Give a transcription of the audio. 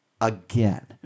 again